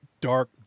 dark